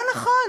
לא נכון.